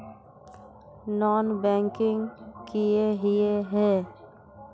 Non banking किए हिये है?